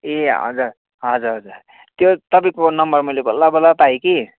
ए हजुर हजुर हजुर त्यो तपाईँको नम्बर मैले बल्ल बल्ल पाएँ कि